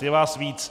Je vás víc.